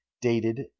dated